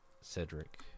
Cedric